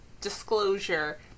disclosure